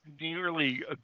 nearly